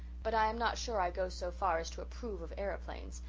but i am not sure i go so far as to approve of aeroplanes,